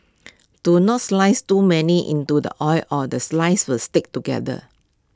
do not slice too many into the oil or the slices was stick together